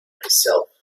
myself